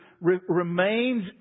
remains